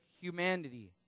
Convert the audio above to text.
humanity